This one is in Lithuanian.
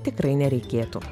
tikrai nereikėtų